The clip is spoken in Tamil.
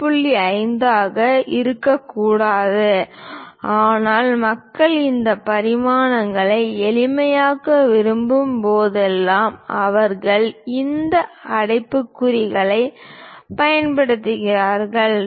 5 ஆக இருக்கக்கூடாது ஆனால் மக்கள் இந்த பரிமாணங்களை எளிமையாக்க விரும்பும் போதெல்லாம் அவர்கள் இந்த அடைப்புக்குறிகளைப் பயன்படுத்துகிறார்கள் 2